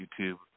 YouTube